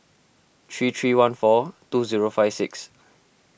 three three one four two zero five six